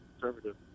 conservative